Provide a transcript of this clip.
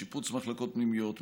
שיפוץ מחלקות פנימיות,